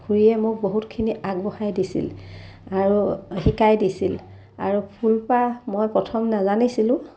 খুৰীয়ে মোক বহুতখিনি আগবঢ়াই দিছিল আৰু শিকাই দিছিল আৰু ফুলপাহ মই প্ৰথম নাজানিছিলোঁ